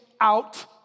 out